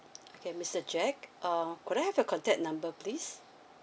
okay mister jack uh could I have your contact number please